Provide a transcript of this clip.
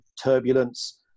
turbulence